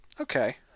Okay